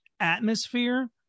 atmosphere